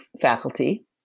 faculty